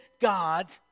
God